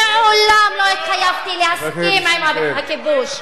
מעולם לא התחייבתי להסכים עם הכיבוש.